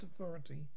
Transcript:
authority